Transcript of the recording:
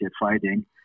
fighting